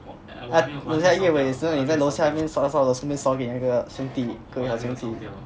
还有等一下月尾的时候你在楼下烧那边烧那个的时候顺便烧给那个兄弟给那边的兄弟